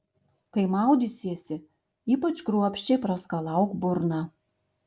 kai maudysiesi ypač kruopščiai praskalauk burną